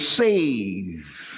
save